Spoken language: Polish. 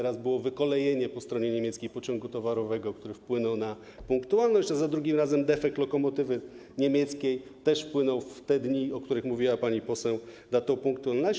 Raz było wykolejenie po stronie niemieckiej pociągu towarowego, które wpłynęło na punktualność, a za drugim razem defekt lokomotywy niemieckiej, który wpłynął w te dni, o których mówiła pani poseł, na tę punktualność.